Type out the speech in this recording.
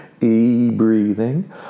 e-breathing